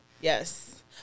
yes